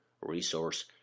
resource